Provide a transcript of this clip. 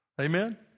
Amen